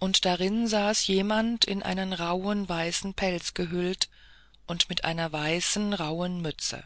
und darin saß jemand in einen rauhen weißen pelz gehüllt und mit einer weißen rauhen mütze